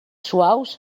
suaus